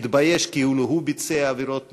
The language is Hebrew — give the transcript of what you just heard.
מתבייש כאילו הוא ביצע עבירות ביטחון,